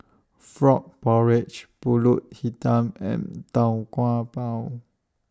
Frog Porridge Pulut Hitam and Tau Kwa Pau